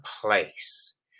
place